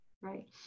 right